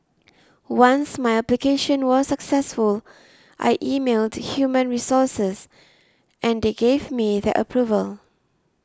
once my application was successful I emailed human resources and they gave me their approval